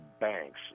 banks